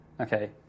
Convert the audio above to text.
Okay